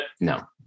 No